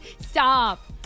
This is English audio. Stop